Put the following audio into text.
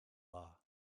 law